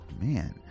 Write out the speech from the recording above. man